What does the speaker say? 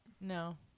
No